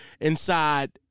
inside